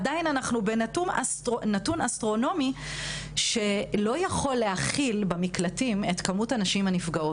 עדיין זה נתון אסטרונומי ואי אפשר להכיל את כל הנשים הנפגעות במקלטים.